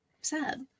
Sad